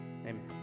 Amen